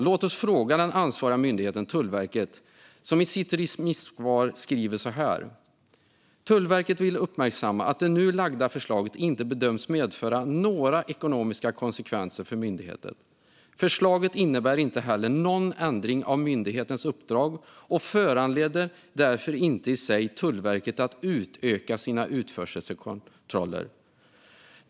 Låt oss fråga den ansvariga myndigheten, Tullverket, som i sitt remisssvar skriver så här: "Tullverket vill uppmärksamma att det nu lagda förslaget inte bedöms medföra några ekonomiska konsekvenser för myndigheten. Förslaget innebär inte heller någon ändring av myndighetens uppdrag och föranleder därför inte i sig Tullverket att utöka sina utförselkontroller.